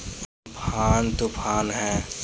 Amphan तुफान का ह?